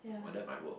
oh that might work